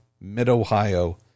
mid-Ohio